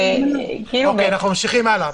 אנחנו ממשיכים הלאה.